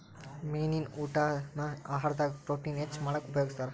ಮೇನಿನ ಊಟಾನ ಆಹಾರದಾಗ ಪ್ರೊಟೇನ್ ಹೆಚ್ಚ್ ಮಾಡಾಕ ಉಪಯೋಗಸ್ತಾರ